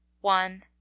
one